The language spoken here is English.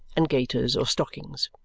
and gaiters or stockings.